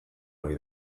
ohi